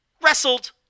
wrestled